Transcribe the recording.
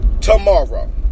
tomorrow